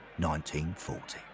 1940